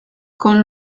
con